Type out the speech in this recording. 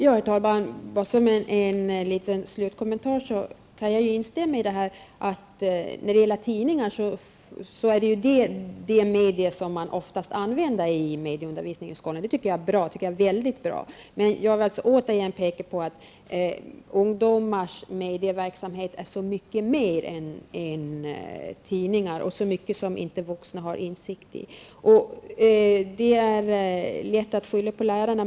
Herr talman! Som en liten slutkommentar kan jag instämma i att tidningar oftast är det medium man använder i medieundervisning i skolan, och det tycker jag är mycket bra. Men jag vill återigen peka på att ungdomars medieverksamhet rymmer så mycket mer än tidningar och mycket som vuxna inte har insikt i. Det är lätt att skylla på lärarna.